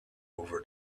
over